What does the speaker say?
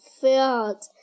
field